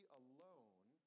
alone